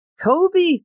Kobe